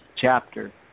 chapter